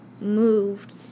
moved